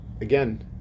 again